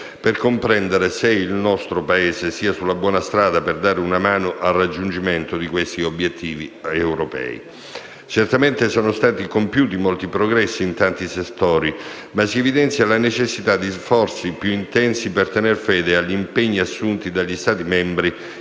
per comprendere se il nostro Paese sia sulla buona strada per dare una mano al raggiungimento degli obiettivi europei. Certamente sono stati compiuti molti progressi in tanti settori, ma si evidenzia la necessità di sforzi più intensi per tener fede agli impegni assunti dagli Stati membri